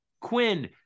Quinn